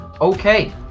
Okay